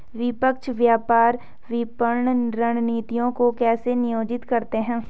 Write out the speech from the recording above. निष्पक्ष व्यापार विपणन रणनीतियों को कैसे नियोजित करते हैं?